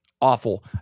awful